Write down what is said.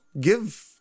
give